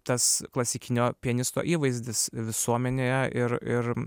tas klasikinio pianisto įvaizdis visuomenėje ir ir